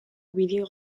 bideo